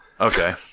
Okay